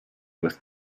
with